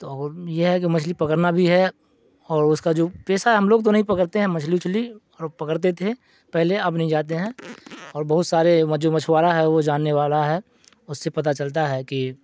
تو یہ ہے کہ مچھلی پکڑنا بھی ہے اور اس کا جو پیسہ ہم لوگ تو نہیں پکڑتے ہیں مچھلی اچھلی اور پکڑتے تھے پہلے اب نہیں جاتے ہیں اور بہت سارے جو مچھوارا ہے وہ جاننے والا ہے اس سے پتا چلتا ہے کہ